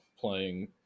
playing